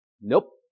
nope